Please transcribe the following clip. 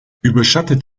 überschattet